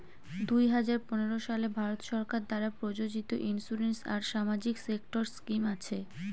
দুই হাজার পনেরো সালে ভারত সরকার দ্বারা প্রযোজিত ইন্সুরেন্স আর সামাজিক সেক্টর স্কিম আছে